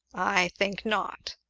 i think not,